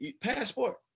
Passport